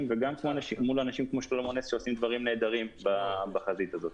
וגם מול אנשים כמו שלמה נס שעושים דברים נהדרים בחזית הזאות,